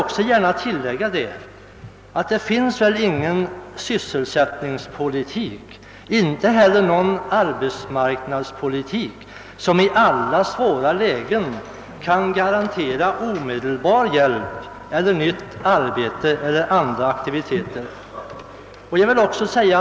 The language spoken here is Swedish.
Och jag vill gärna tillägga, att det finns väl ingen sysselsättningspolitik och inte heller någon arbetsmarknadspolitik som i alla svåra lägen kan garantera omedelbar hjälp i form av nytt arbete eller andra aktiviteter.